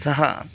सः